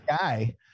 guy